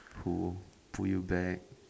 who pull you back